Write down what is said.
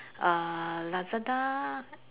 uh Lazada